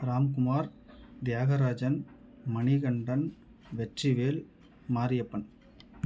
Ramkumar Thiyagarajan Manikandan Vetrivel Mariyappan